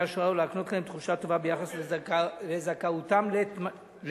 השואה ולהקנות להם תחושה טובה ביחס לזכאותם לתמלוגים.